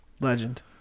legend